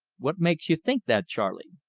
what makes you think that, charley?